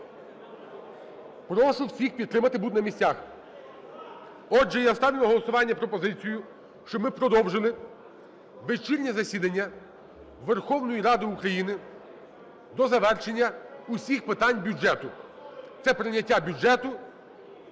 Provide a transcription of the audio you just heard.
Прошу всіх підтримати, бути на місцях. Отже, я ставлю на голосування пропозицію, щоб ми продовжили вечірнє засідання Верховної Ради України до завершення всіх питань бюджету. Це прийняття бюджету.